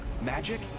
Magic